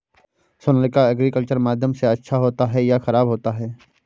Sonalika agriculture माध्यम से अच्छा होता है या ख़राब होता है?